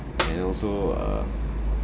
and also uh